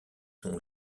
sont